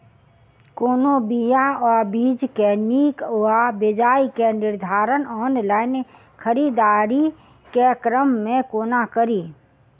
कोनों बीया वा बीज केँ नीक वा बेजाय केँ निर्धारण ऑनलाइन खरीददारी केँ क्रम मे कोना कड़ी?